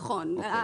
נכון.